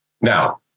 Now